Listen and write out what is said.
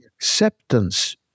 acceptance